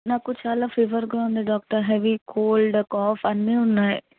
నాకు చాలా ఫీవర్గా ఉంది డాక్టర్ హెవీ కోల్డ్ కాఫ్ అన్నీ ఉన్నాయి